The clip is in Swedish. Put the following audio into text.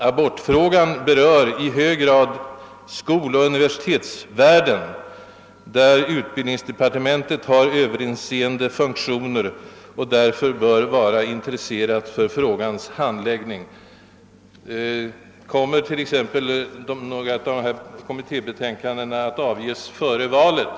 Abortfrågan berör i hög grad skoloch universitetsvärlden, där utbildningsdepartementet har överinseende funktioner och därför bör vara intresserat för frågans handläggning. Kommer t.ex. något betänkande från kommittéerna att avges före valet?